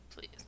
please